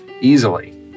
easily